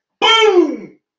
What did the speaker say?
Boom